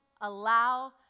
allow